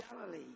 Galilee